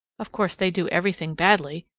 of course they do everything badly,